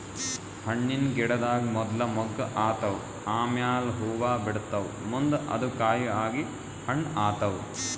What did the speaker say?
ಹಣ್ಣಿನ್ ಗಿಡದಾಗ್ ಮೊದ್ಲ ಮೊಗ್ಗ್ ಆತವ್ ಆಮ್ಯಾಲ್ ಹೂವಾ ಬಿಡ್ತಾವ್ ಮುಂದ್ ಅದು ಕಾಯಿ ಆಗಿ ಹಣ್ಣ್ ಆತವ್